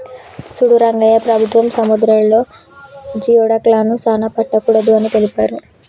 సూడు రంగయ్య ప్రభుత్వం సముద్రాలలో జియోడక్లను సానా పట్టకూడదు అని తెలిపారు